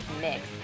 mix